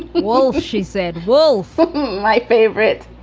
wolf she said, wolf, my favorite.